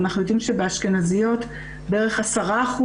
אנחנו יודעים שבנשים אשכנזיות בערך 10%